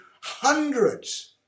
hundreds